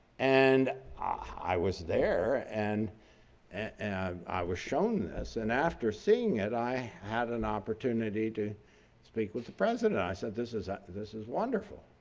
and i was there and and i was shown this. and after seeing it, i have an opportunity to speak with the president. and i said this is ah this is wonderful.